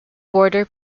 border